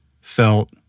felt